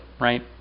right